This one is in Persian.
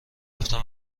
رفتم